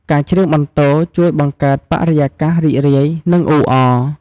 ការច្រៀងបន្ទរជួយបង្កើតបរិយាកាសរីករាយ និងអ៊ូអរ។